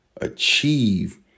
achieve